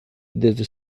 desde